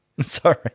Sorry